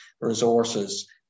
resources